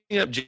up